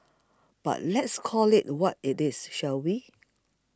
but let's call it what it is shall we